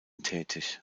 tätig